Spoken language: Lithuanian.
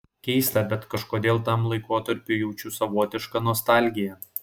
keista bet kažkodėl tam laikotarpiui jaučiu savotišką nostalgiją